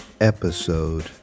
episode